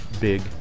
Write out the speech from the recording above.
big